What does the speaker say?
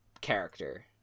character